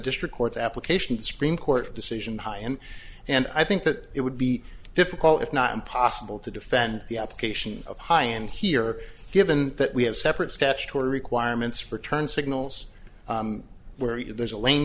district court's application supreme court decision high end and i think that it would be difficult if not impossible to defend the application of high end here given that we have separate sketch to requirements for turn signals where there's a l